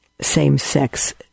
same-sex